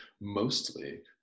mostly